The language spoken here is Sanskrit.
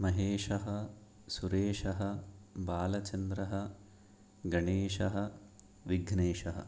महेशः सुरेशः बालचन्द्रः गणेशः विघ्नेशः